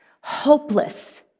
hopeless